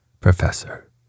Professor